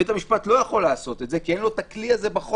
בית המשפט לא יכול לעשות את זה כי אין לו את הכלי הזה בחוק.